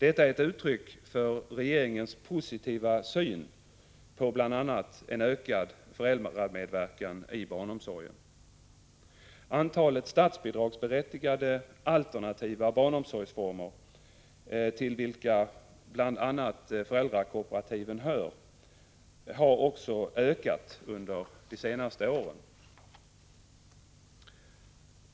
Detta är ett uttryck för regeringens positiva syn på bl.a. en ökad föräldramedverkan i barnomsorgen. Antalet statsbidragsberättigade alternativa barnomsorgsformer, till vilka bl.a. föräldrakooperativen hör, har också ökat under de senaste åren.